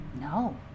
no